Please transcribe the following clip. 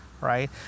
right